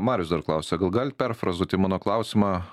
marius dar klausia gal galit perfrazuoti mano klausimą